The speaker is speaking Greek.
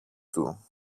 του